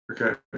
okay